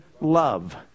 love